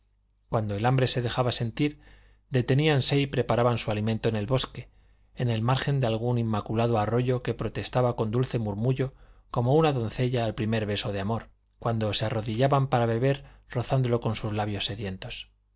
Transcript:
cuando el hambre se dejaba sentir deteníanse y preparaban su alimento en el bosque en el margen de algún inmaculado arroyo que protestaba con dulce murmullo como una doncella al primer beso de amor cuando se arrodillaban para beber rozándolo con sus labios sedientos